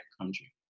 country